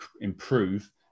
improve